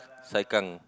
Sai Kang